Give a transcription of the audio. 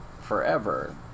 forever